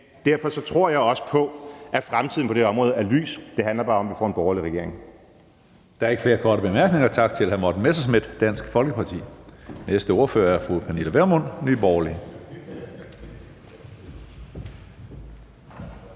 derfor tror jeg også på, at fremtiden på det her område er lys. Det handler bare om, at vi får en borgerlig regering.